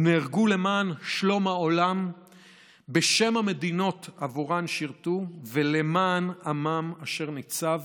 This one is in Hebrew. הם נהרגו למען שלום העולם בשם המדינות שעבורן שירתו ולמען עמם אשר ניצב